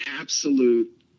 absolute